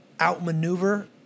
outmaneuver